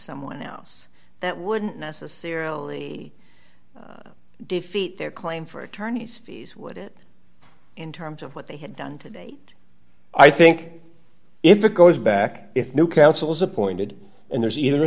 someone else that wouldn't necessarily defeat their claim for attorney's fees would it in terms of what they have done to date i think if it goes back if new council is appointed and there's either